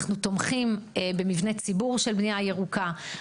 אנחנו תומכים במבנה ציבור של בנייה ירוקה.